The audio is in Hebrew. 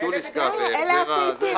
ביטול עסקה והחזר הטובין.